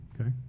okay